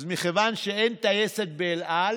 אז מכיוון שאין טייסת באל על,